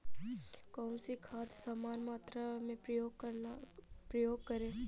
कौन सी खाद समान मात्रा में प्रयोग करें?